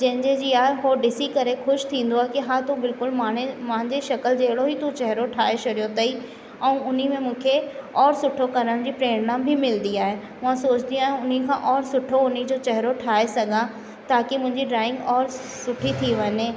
जंहिंजे जी आहे उहो ॾिसी करे ख़ुशि थींदो आहे कि हा तूं बिल्कुलु माने मांजे शकल जहिड़ो ई तूं चहेरो ठाहे छॾियो अथेई ऐं हुन में मूंखे और सुठो करण जी प्रेरणा बि मिलंदी आहे मां सोचंदी आहियां हुन खां और सुठो हुनजो चहेरो ठाहे सघां ताकि मुंहिंजी ड्राइंग और सुठी थी वञे